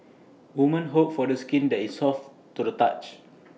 women hope for the skin that is soft to the touch